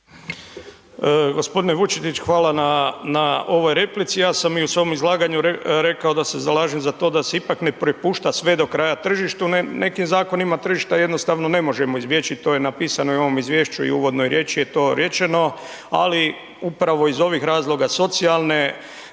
hvala na ovoj replici. Ja sam i u svom izlaganju rekao da se zalažem za to da se ipak ne prepušta sve do kraja tržištu, nekim zakonima tržišta jednostavno ne možemo izbjeći, to je napisano i u ovom izvješću i u uvodnoj riječi je to rečeno. Ali upravo iz ovih razloga socijalne